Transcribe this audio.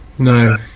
No